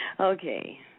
Okay